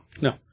No